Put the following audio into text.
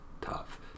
tough